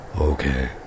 Okay